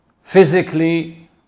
physically